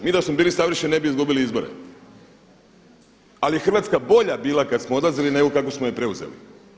Mi da smo bili savršeni ne bi izgubili izbore, ali je Hrvatska bila bolja kada smo odlazili nego kakvu smo je preuzeli.